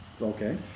Okay